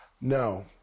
No